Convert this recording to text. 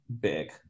big